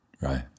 right